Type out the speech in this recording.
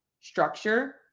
structure